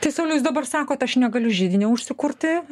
tai sauliau jūs dabar sakot aš negaliu židinio užsikurti